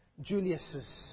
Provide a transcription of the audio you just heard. Julius's